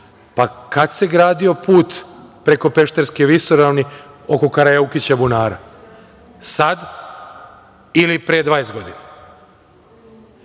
uradi. Kada se gradio put preko Peštarske visoravni, oko Karajukića Bunara, sad ili pre 20 godina?